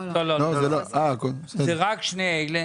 לא, לא, זה רק שני אלה,